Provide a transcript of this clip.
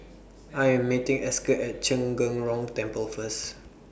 I Am meeting Esker At Zhen Gen Rong Temple First